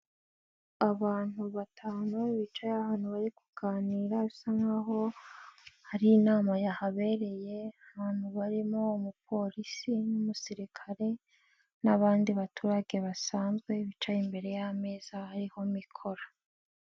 Abantu batanu, bicaye ahantu bari kuganira, bisa nk'aho hari inama yahabereye, ahantu barimo umupolisi n'umusirikare n'abandi baturage basanzwe, bicaye imbere y'ameza, hariho mikoro.